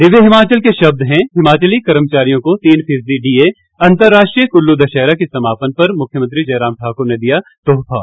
दिव्य हिमाचल के शब्द हैं हिमाचली कर्मचारियों को तीन फीसदी डीए अंतरराष्ट्रीय कुल्लू दशहरा के समापन पर मुख्यमंत्री जयराम ठाकुर ने दिया तोहफा